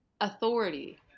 authority